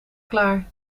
klaar